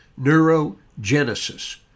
neurogenesis